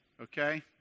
okay